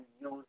use